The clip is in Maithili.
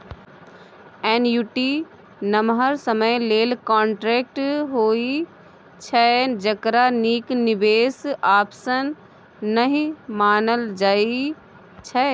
एन्युटी नमहर समय लेल कांट्रेक्ट होइ छै जकरा नीक निबेश आप्शन नहि मानल जाइ छै